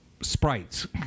Sprites